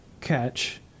catch